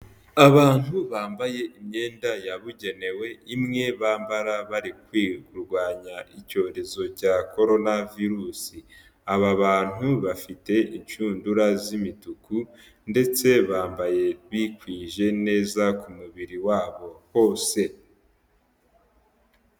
Abantu bambaye imyenda yabugenewe, imwe bambara bari kurwanya icyorezo cya Korona virusi, aba bantu bafite inshundura z'imituku ndetse bambaye bikwije neza, ku mubiri wabo hose.